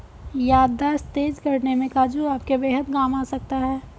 याददाश्त तेज करने में काजू आपके बेहद काम आ सकता है